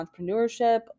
entrepreneurship